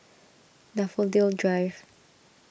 Daffodil Drive